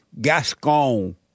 Gascon